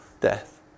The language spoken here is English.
death